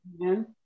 Amen